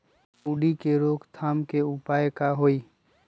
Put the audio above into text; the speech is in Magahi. सूंडी के रोक थाम के उपाय का होई?